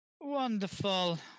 Wonderful